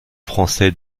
français